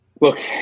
Look